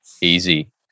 easy